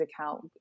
account